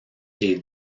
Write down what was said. est